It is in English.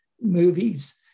movies